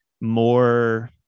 more